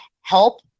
help